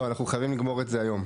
לא, אנחנו חייבים לגמור את זה היום.